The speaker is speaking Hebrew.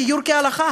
"גיור כהלכה",